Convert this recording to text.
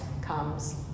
comes